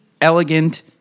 elegant